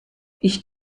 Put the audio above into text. ich